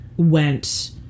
went